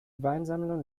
weinsammlung